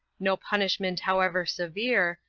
no punishment however severe,